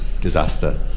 disaster